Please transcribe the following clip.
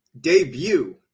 debut